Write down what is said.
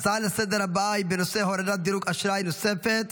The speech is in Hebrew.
ההצעה הבאה לסדר-היום היא בנושא הורדת דירוג אשראי נוספת.